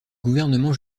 gouvernement